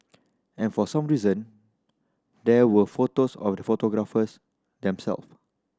and for some reason there were photos of the photographers them self